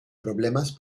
problemas